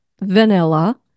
vanilla